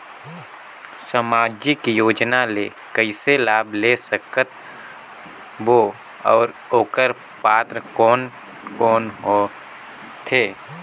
समाजिक योजना ले कइसे लाभ ले सकत बो और ओकर पात्र कोन कोन हो थे?